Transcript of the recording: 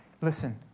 Listen